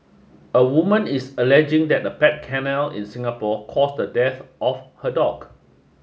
a woman is alleging that a pet kennel in Singapore caused the death of her dog